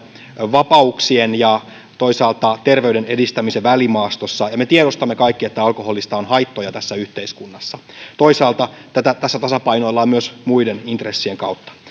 vapauksien ja toisaalta terveyden edistämisen välimaastossa ja me tiedostamme kaikki että alkoholista on haittoja tässä yhteiskunnassa toisaalta tässä tasapainoillaan myös muiden intressien kautta